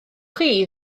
chwi